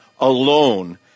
alone